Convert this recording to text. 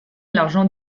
l’argent